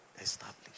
Established